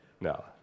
No